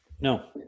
No